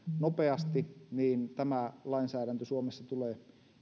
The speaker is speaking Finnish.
nopeasti niin tämä lainsäädäntö suomessa tulee